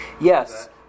Yes